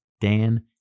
Dan